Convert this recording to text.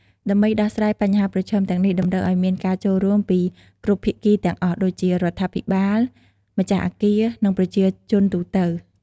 ដើម្បីដោះស្រាយបញ្ហាប្រឈមទាំងនោះតម្រូវឱ្យមានការចូលរួមពីគ្រប់ភាគីទាំងអស់ដូចជា រដ្ឋាភិបាល ម្ចាស់អគារ និងប្រជាជនទូទៅ។